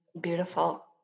Beautiful